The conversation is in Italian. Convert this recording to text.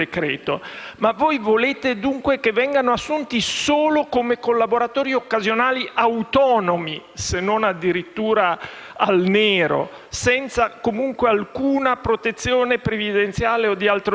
ma voi volete, dunque, che vengano assunti solo come collaboratori occasionali autonomi (se non addirittura in nero), senza alcuna protezione previdenziale o di altro genere?